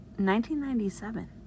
1997